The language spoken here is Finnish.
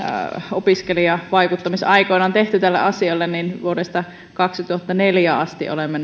opiskelijavaikuttamisaikoina on tehty tälle asialle niin vuodesta kaksituhattaneljä asti olemme